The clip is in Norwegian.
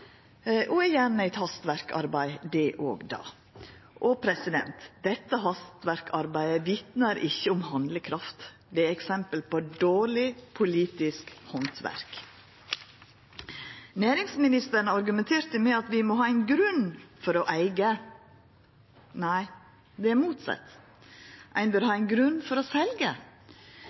og er gjerne eit hastverksarbeid, det òg. Dette hastverksarbeidet vitnar ikkje om handlekraft. Det er eksempel på dårleg politisk handverk. Næringsministeren argumenterte med at vi må ha ein grunn for å eiga. Nei, det er motsett. Ein bør ha ein grunn for å